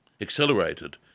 accelerated